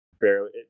barely